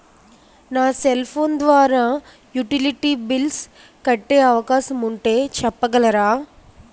నా cell phone ద్వారా utility bills కట్టే అవకాశం ఉంటే చెప్పగలరా?